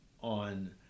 on